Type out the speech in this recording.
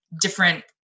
different